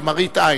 למראית עין.